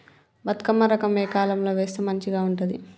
బతుకమ్మ రకం ఏ కాలం లో వేస్తే మంచిగా ఉంటది?